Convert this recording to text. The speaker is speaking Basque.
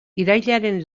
irailaren